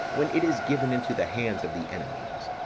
when it is given into the hands of the enemies?